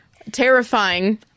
terrifying